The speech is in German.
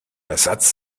ersatz